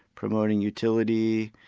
promoting utility,